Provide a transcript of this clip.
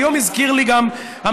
היום הזכיר לי גם המראיין,